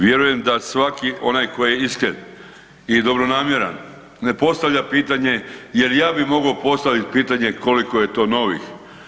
Vjerujem da svaki onaj koji je iskren i dobronamjeran ne postavlja pitanje jel i ja bi mogao postavit pitanje koliko je to novih.